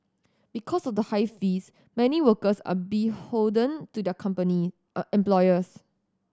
because of the high fees many workers are beholden to their company employers